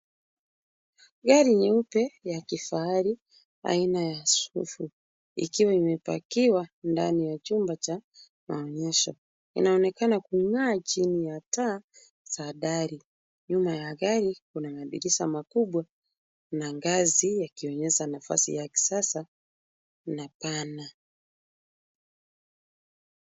Gari nyeupe ya kifahari aina ya Swift ikiwa imepakiwa ndani ya chumba cha maonyesho inaonekana kung'aa chini ya taa za dari. Nyuma ya gari kuna madirisha makubwa na ngazi yakionyesha nafasi ya kisasa na pana.